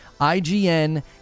ign